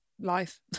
life